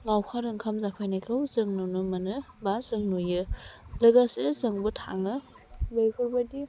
लाउखार ओंखाम जाफैनायखौ जों नुनो मोनो बा जों नुयो लोगोसे जोंबो थाङो बेफोरबादि